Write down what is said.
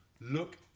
Look